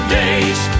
days